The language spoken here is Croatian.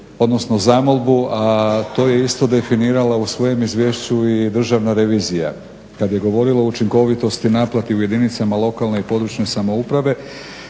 odnosno zamolbu, a to je isto definirala u svojem izvješću i Državna revizija kad je govorila o učinkovitosti naplate u jedinicama lokalne i područne samouprave.